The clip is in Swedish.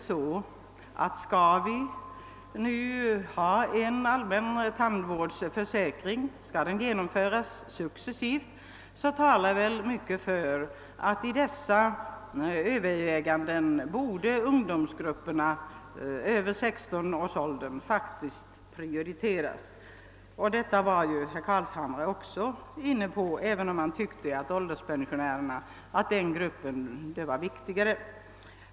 Skall vi nu ha en allmän tandvårdsförsäkring, som eventuellt skall genomföras successivt, talar väl mycket för att ungdomarna över 16 års ålder bör prioriteras. Herr Carlshamre var ju också inne på tanken att vissa grupper i så fall kunde prioriteras men ansåg att det är viktigare med gruppen ålderspensionärer än med ungdomarna.